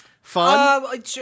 Fun